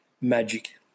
magic